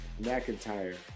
McIntyre